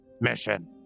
mission